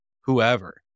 whoever